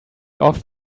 off